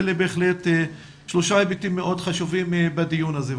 אלה בהחלט שלושה היבטים מאוד חשובים בדיון הזה.